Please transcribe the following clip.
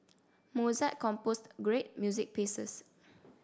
Mozart composed great music pieces